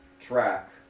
track